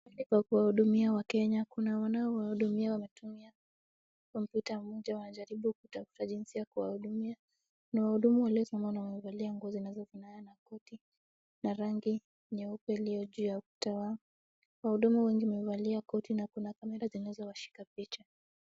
Katika kuwahudumia wakenya, kuna wanaowahudumia wametumia kompyuta moja wanajaribu kutafuta jinsi ya kuwahudumia, na wahudumu waliosimama wamevalia nguo zinazofanana na koti na rangi nyeupe iliyo juu ya utawa, wahudumu wengi wamevalia koti na kuna kamera zinazowashika picha.